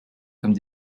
comme